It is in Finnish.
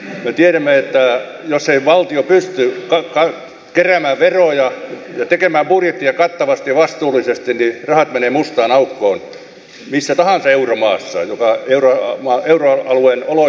me tiedämme että jos ei valtio pysty keräämään veroja ja tekemään budjettia kattavasti ja vastuullisesti niin rahat menevät mustaan aukkoon missä tahansa euromaassa ja euroalueen oloissa